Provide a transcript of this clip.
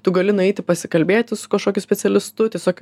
tu gali nueiti pasikalbėti su kažkokiu specialistu tiesiog